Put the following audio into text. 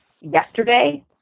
yesterday